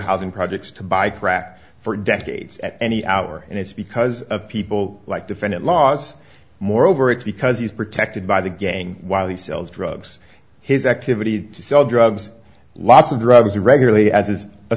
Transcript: housing projects to buy crack for decades at any hour and it's because of people like defendant laws moreover it's because he's protected by the gang while he sells drugs his activity to sell drugs lots of drugs regularly as